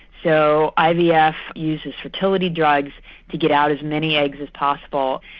so ivf yeah uses fertility drugs to get out as many eggs as possible,